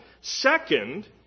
Second